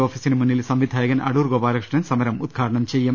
ഓഫീസിനു മുന്നിൽ സംവിധായകൻ അടൂർ ഗോപാലകൃഷ്ണൻ സമരം ഉദ്ഘാടനം ചെയ്യും